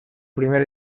primer